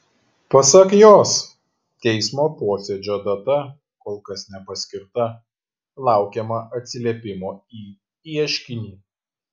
pasak jos teismo posėdžio data kol kas nepaskirta laukiama atsiliepimo į ieškinį